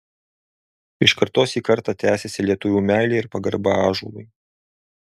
iš kartos į kartą tęsiasi lietuvių meilė ir pagarba ąžuolui